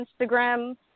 Instagram